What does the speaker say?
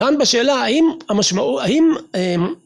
גם בשאלה האם המשמעות, האם